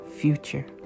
future